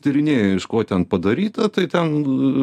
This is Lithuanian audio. tyrinėja iš ko ten padaryta tai ten